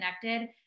connected